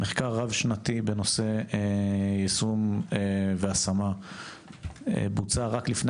מחקר רב שנתי בנושא יישום והשמה בוצע רק לפני